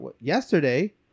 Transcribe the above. yesterday